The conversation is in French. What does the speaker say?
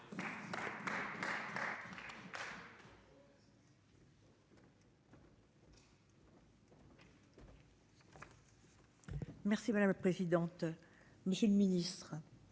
Merci madame la présidente. Monsieur le Ministre.